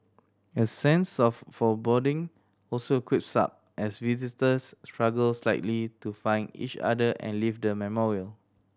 a sense of foreboding also creeps up as visitors struggle slightly to find each other and leave the memorial